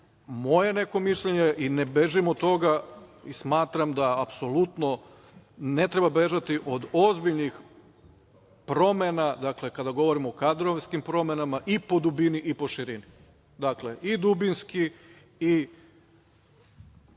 moje neko mišljenje i ne bežim od toga i smatram da apsolutno ne treba bežati od ozbiljnih promena, dakle, kada govorimo o kadrovskim promenama i po dubini i po širini, dakle, i dubinski i